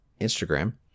Instagram